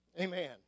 Amen